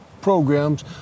programs